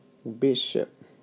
Bishop